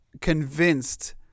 convinced